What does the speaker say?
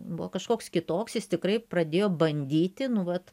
buvo kažkoks kitoks jis tikrai pradėjo bandyti nu vat